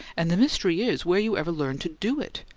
and the mystery is, where you ever learned to do it!